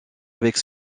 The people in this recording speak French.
avec